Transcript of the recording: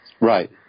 right